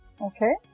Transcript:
okay